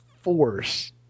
force